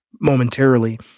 momentarily